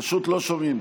פשוט לא שומעים.